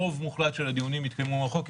רוב מוחלט של הדיונים התקיימו מרחוק,